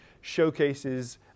showcases